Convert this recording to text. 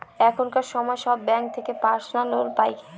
এখনকার সময় সব ব্যাঙ্ক থেকে পার্সোনাল লোন পাই